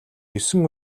есөн